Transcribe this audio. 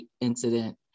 incident